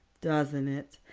doesn't it?